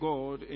God